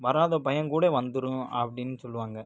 வராத பயம் கூட வந்துரும் அப்படின்னு சொல்லுவாங்க